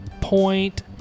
point